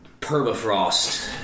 permafrost